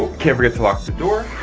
can't forget to lock the door.